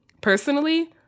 personally